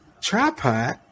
tripod